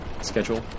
schedule